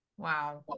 Wow